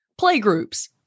playgroups